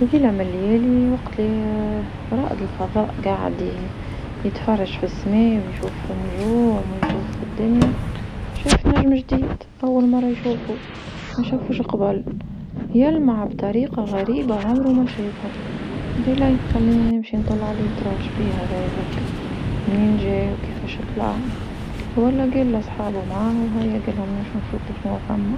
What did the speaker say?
في ليلة من ليالي وقت اللي رائد الفضاء قاعد ي- يتفرج في السما ويشوف النجوم ويشوف في الدنيا، شايف نجم جديد اول مرة يشوفو ما شافوش قبل، يلمع بطريقة غريبة عمرو ما شافها، قال هاي خليني نمشي نطل عليه تراش شبيه هذيا هكا؟ منين جاي وكيفاش طلع؟ ولا قال لصحابو معاه وهيا قال نمشو نشفو شنو ثما.